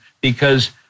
because-